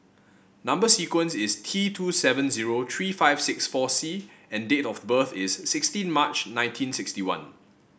number sequence is T two seven zero three five six four C and date of birth is sixteen March nineteen sixty one